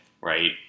Right